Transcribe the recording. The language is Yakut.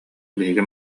биһиги